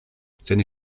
seine